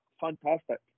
fantastic